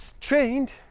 trained